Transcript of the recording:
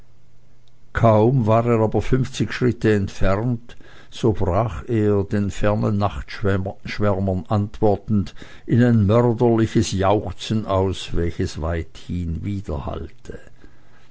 kaum war er aber fünfzig schritte entfernt so brach er den fernen nachtschwärmern antwortend in ein mörderliches jauchzen aus welches weithin